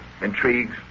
intrigues